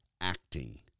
acting